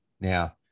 now